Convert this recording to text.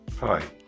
Hi